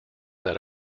that